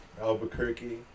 Albuquerque